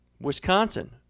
Wisconsin